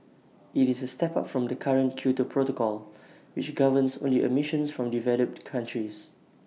IT is A step up from the current Kyoto protocol which governs only emissions from developed countries